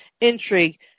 intrigue